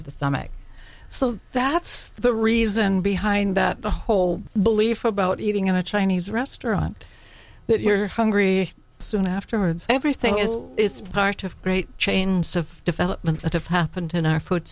to the stomach so that's the reason behind that the whole belief about eating in a chinese restaurant that you're hungry soon afterwards everything is part of great chains of development that have happened in our food